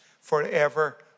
forever